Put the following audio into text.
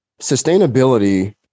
Sustainability